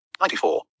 94